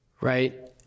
Right